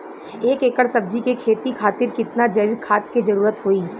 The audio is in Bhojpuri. एक एकड़ सब्जी के खेती खातिर कितना जैविक खाद के जरूरत होई?